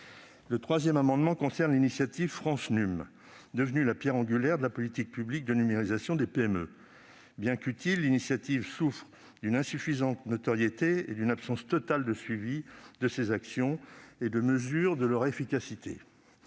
Le troisième amendement concerne l'initiative France Num, devenue la pierre angulaire de la politique publique de numérisation des PME. Bien qu'utile, l'initiative souffre d'une notoriété insuffisante et d'une absence totale de suivi de ses actions et de mesure de leur efficacité.